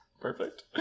Perfect